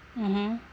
mmhmm